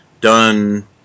done